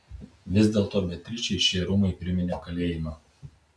vis dėlto beatričei šie rūmai priminė kalėjimą